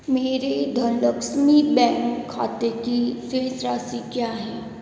मेरे धनलक्ष्मी बैंक खाते की शेष राशि क्या है